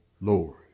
Lord